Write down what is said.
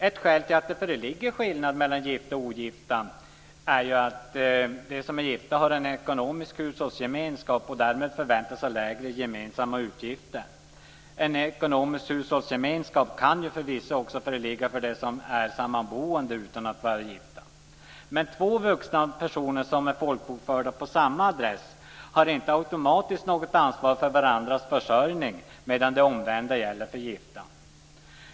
Ett skäl till att det föreligger en skillnad mellan gifta och ogifta är att de som är gifta har en ekonomisk hushållsgemenskap och därmed förväntas ha lägre gemensamma utgifter. En ekonomisk hushållsgemenskap kan förvisso också föreligga för dem som är sammanboende utan att vara gifta. Två vuxna personer som är folkbokförda på samma adress har inte automatiskt något ansvar för varandras försörjning, medan det omvända gäller för gifta.